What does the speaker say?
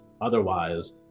Otherwise